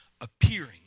appearing